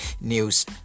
news